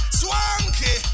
swanky